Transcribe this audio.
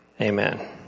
Amen